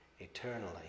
Eternally